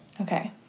Okay